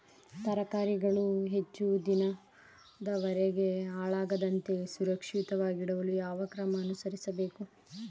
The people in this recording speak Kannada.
ತರಕಾರಿಗಳು ಹೆಚ್ಚು ದಿನದವರೆಗೆ ಹಾಳಾಗದಂತೆ ಸುರಕ್ಷಿತವಾಗಿಡಲು ಯಾವ ಕ್ರಮ ಅನುಸರಿಸಬೇಕು?